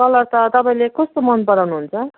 colour त तपाईँले कस्तो मन पराउनु हुन्छ